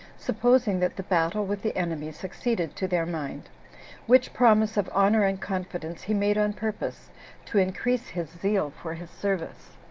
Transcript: supposing that the battle with the enemy succeeded to their mind which promise of honor and confidence he made on purpose to increase his zeal for his service.